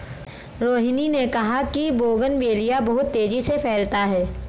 रोहिनी ने कहा कि बोगनवेलिया बहुत तेजी से फैलता है